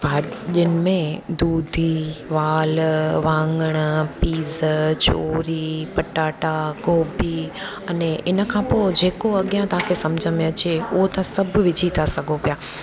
भाॼियुनि में दूधी वाल वाङणु पीज़ छोरी पटाटा गोभी अने इन खां पोइ जेको अॻियां तव्हांखे सम्झ में अचे उहो तव्हां सभु विझी था सघो पिया